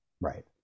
right